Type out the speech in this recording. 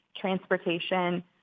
transportation